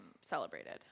celebrated